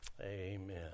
Amen